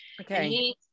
Okay